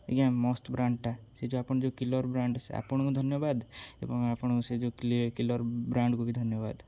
ଆଜ୍ଞା ମସ୍ତ ବ୍ରାଣ୍ଡ୍ଟା ସେ ଯେଉଁ ଆପଣ ଯେଉଁ କିଲର ବ୍ରାଣ୍ଡ୍ ଆପଣଙ୍କୁ ଧନ୍ୟବାଦ ଏବଂ ଆପଣଙ୍କୁ ସେ ଯେଉଁ କିଲର ବ୍ରାଣ୍ଡ୍କୁ ବି ଧନ୍ୟବାଦ